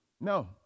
No